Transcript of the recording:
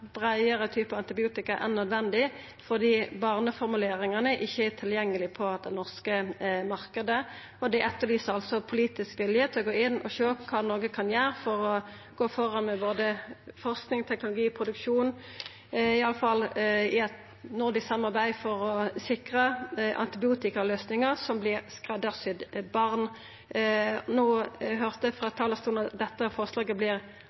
breiare typar antibiotika enn nødvendig, fordi barneformuleringane ikkje er tilgjengelege på den norske marknaden. Dei etterlyser politisk vilje til å gå inn og sjå kva Noreg kan gjera for å gå føre med både forsking, teknologi og produksjon, og i eit nordisk samarbeid for å sikra antibiotikaløysingar som vert skreddarsydde til barn. No høyrde eg frå talarstolen at dette forslaget